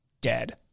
dead